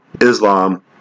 Islam